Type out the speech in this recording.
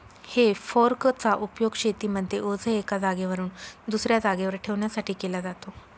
हे फोर्क चा उपयोग शेतीमध्ये ओझ एका जागेवरून दुसऱ्या जागेवर ठेवण्यासाठी केला जातो